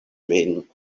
min